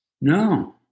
No